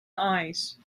eyes